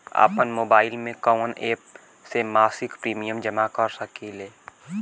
आपनमोबाइल में कवन एप से मासिक प्रिमियम जमा कर सकिले?